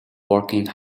working